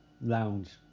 Lounge